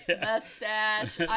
Mustache